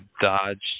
dodge